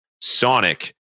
Sonic